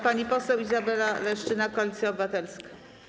Pani poseł Izabela Leszczyna, Koalicja Obywatelska.